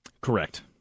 Correct